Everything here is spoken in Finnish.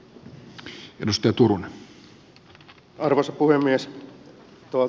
arvoisa puhemies